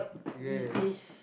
yes